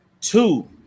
Two